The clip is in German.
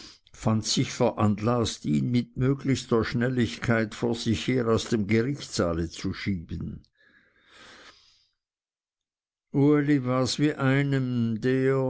fand sich veranlaßt ihn mit möglichster schnelligkeit vor sich her aus dem gerichtssaale zu schieben uli wars wie einem der